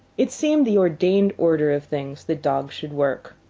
it seemed the ordained order of things that dogs should work.